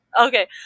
Okay